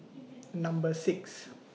Number six